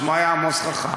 שמו היה עמוס חכם.